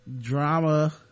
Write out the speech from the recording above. drama